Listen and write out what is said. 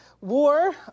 war